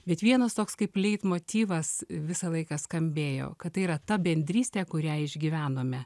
bet vienas toks kaip leitmotyvas visą laiką skambėjo kad tai yra ta bendrystė kurią išgyvenome